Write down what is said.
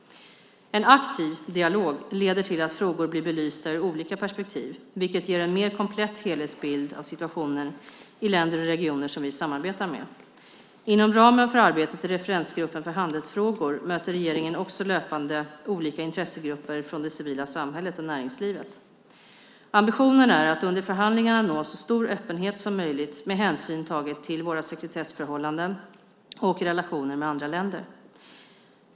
En aktiv dialog leder till att frågor blir belysta ur olika perspektiv, vilket ger en mer komplett helhetsbild av situationen i länder och regioner som vi samarbetar med. Inom ramen för arbetet i referensgruppen för handelsfrågor möter regeringen också löpande olika intressegrupper från det civila samhället och näringslivet. Ambitionen är att under förhandlingarna nå så stor öppenhet som möjligt med hänsyn taget till våra sekretessförhållanden och relationer med andra länder.